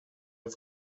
les